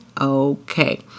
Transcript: Okay